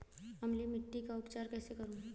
अम्लीय मिट्टी का उपचार कैसे करूँ?